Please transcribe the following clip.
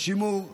בשימור הרבנים,